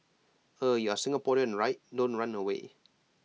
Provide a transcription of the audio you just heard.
eh you're Singaporean right don't run away